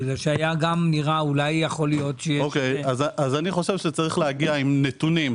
אני חושב שצריך להגיע עם נתונים.